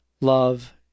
love